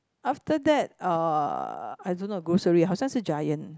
after that uh I don't know grocery 好像是 Giant